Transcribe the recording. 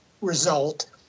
result